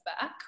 back